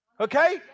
Okay